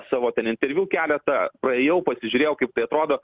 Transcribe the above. savo ten interviu keletą paėjau pasižiūrėjau kaip tai atrodo